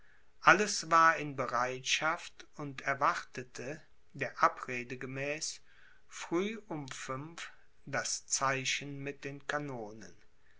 alles war in bereitschaft und erwartete der abrede gemäß früh um fünf uhr das zeichen mit den kanonen